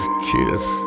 kiss